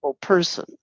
person